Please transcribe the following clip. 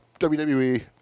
WWE